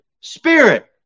spirit